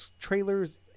trailers